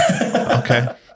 okay